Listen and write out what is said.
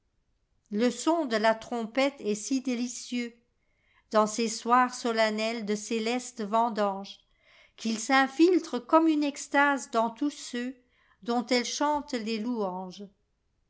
e son de la trompette est si délicieux dans ces soirs solennels de célestes vendanges qu'il s'infiltre comme une extase dans tous ceuidont elle chante les louanges